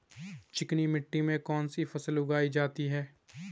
चिकनी मिट्टी में कौन कौन सी फसल उगाई जाती है?